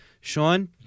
Sean